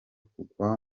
kugwa